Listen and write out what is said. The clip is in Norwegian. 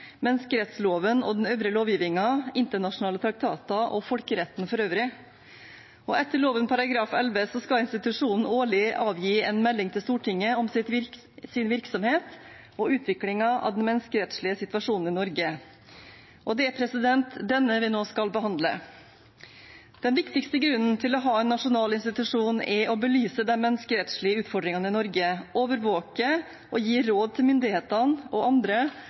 menneskerettsloven og den øvrige lovgivningen, internasjonale traktater og folkeretten for øvrig. Etter lov om Norges nasjonale institusjon for menneskerettigheter § 11 skal institusjonen årlig avgi en melding til Stortinget om sin virksomhet og utviklingen av den menneskerettslige situasjonen i Norge. Det er denne vi nå skal behandle. Den viktigste grunnen til å ha en nasjonal institusjon er å belyse de menneskerettslige utfordringene i Norge, overvåke og gi råd til myndighetene og andre